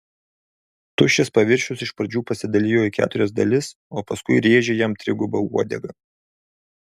tuščias paviršius iš pradžių pasidalijo į keturias dalis o paskui rėžė jam triguba uodega